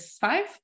five